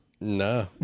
No